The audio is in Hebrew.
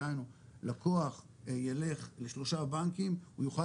דהיינו לקוח ילך לשלושה בנקים הוא יוכל